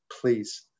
please